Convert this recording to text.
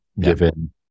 given